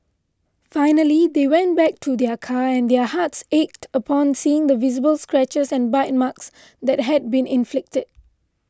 finally they went back to their car and their hearts ached upon seeing the visible scratches and bite marks that had been inflicted